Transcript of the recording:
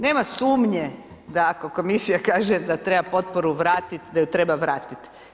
Nema sumnje da ako Komisija kaže da treba potporu vratiti, da je treba vratiti.